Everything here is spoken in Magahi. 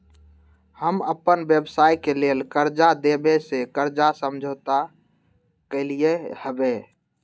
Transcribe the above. हम अप्पन व्यवसाय के लेल कर्जा देबे से कर्जा समझौता कलियइ हबे